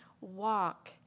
walk